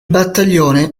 battaglione